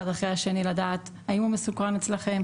אחרי השני לדעת האם הוא מסוקר אצלכם?